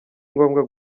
ngombwa